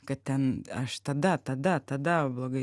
kad ten aš tada tada tada blogai